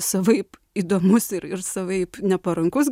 savaip įdomus ir ir savaip neparankus